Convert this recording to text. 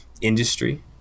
industry